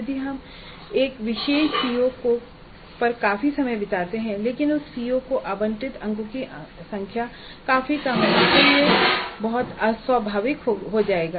यदि हम एक विशेष सीओ को पर काफी समय बिताते हैं लेकिन उस सीओ को आवंटित अंकों की संख्या काफी कम है तो यह बहुत अस्वाभाविक हो जायेगा